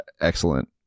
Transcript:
excellent